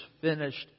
finished